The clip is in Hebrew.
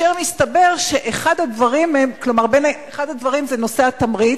מסתבר שאחד הדברים הוא נושא התמריץ,